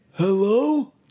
Hello